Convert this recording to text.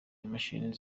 imashini